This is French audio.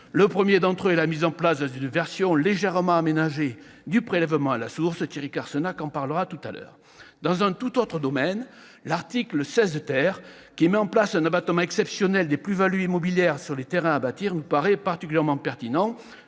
Le premier d'entre eux est la mise en place, dans une version légèrement aménagée, du prélèvement à la source. Je laisserai Thierry Carcenac intervenir sur ce sujet. Dans un tout autre domaine, l'article 16 , qui met en place un abattement exceptionnel des plus-values immobilières sur les terrains à bâtir, nous paraît particulièrement pertinent,